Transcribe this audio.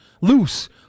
Loose